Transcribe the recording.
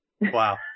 Wow